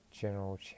general